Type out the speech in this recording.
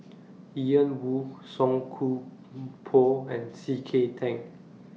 Ian Woo Song Koon Poh and C K Tang